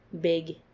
big